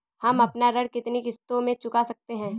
हम अपना ऋण कितनी किश्तों में चुका सकते हैं?